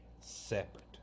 separate